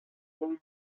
very